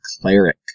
Cleric